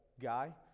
guy